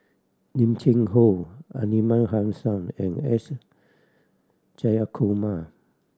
Lim Cheng Hoe Aliman Hassan and S Jayakumar